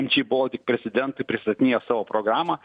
mg baltic prezidentui pristatinėjo savo programą